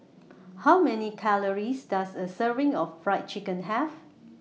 How Many Calories Does A Serving of Fried Chicken Have